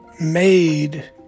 made